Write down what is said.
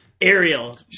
Ariel